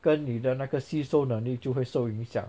跟你的那个吸收能量就会受影响